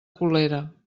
colera